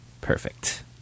Perfect